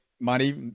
money